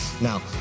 Now